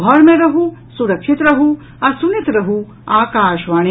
घर मे रहू सुरक्षित रहू आ सुनैत रहू आकाशवाणी